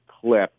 clip